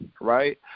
right